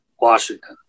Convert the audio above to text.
washington